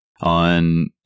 on